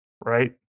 right